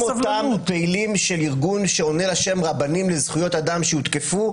גם אותם פעילים של ארגון שעונה לשם רבנים לזכויות אדם שהותקפו,